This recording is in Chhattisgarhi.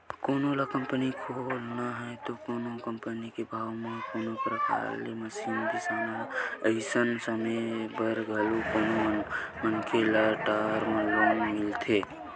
कोनो ल कंपनी खोलना हे ते कोनो कंपनी के भवन म कोनो परकार के मसीन बिसाना हे अइसन समे बर घलो कोनो मनखे ल टर्म लोन मिलथे